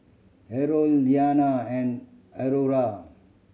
Harold Iliana and Aurora